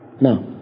Now